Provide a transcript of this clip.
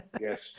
Yes